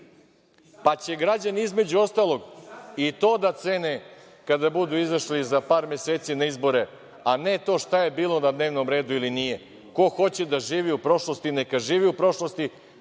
pa će građani između ostalog i to da cene kada budu izašli za par meseci na izbore, a ne to šta je bilo na dnevnom redu ili nije. Ko hoće da živi u prošlosti neka živi u prošlosti,